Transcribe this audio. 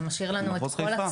זה משאיר לנו את כל הצפון.